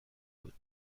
بود